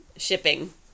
Shipping